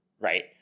right